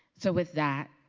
so, with that,